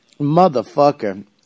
Motherfucker